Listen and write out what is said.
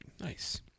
Nice